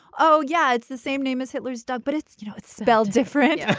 oh yeah it's the same name as hitler's dog. but it's you know it's spelled different.